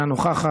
אינה נוכחת,